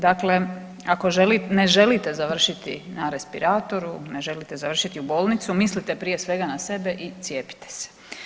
Dakle, ako ne želite završiti na respiratoru, ne želite završiti u bolnicu, mislite prije svega na sebe i cijepite se.